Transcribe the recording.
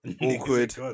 Awkward